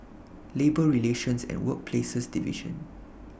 Labour Relations and Workplaces Division